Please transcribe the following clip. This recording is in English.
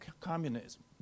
communism